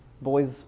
Boys